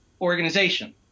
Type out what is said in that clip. organization